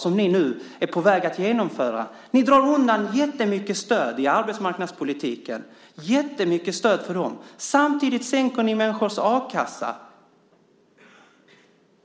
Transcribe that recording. som ni nu är på väg att genomföra mot dem som lever i utanförskap. Ni drar undan jättemycket stöd inom arbetsmarknadspolitiken för dem. Samtidigt sänker ni människors a-kassa.